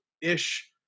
ish